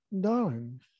darling